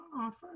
offer